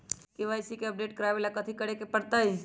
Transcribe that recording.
KYC के update करवावेला कथि करें के परतई?